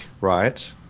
right